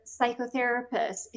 psychotherapists